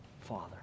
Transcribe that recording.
father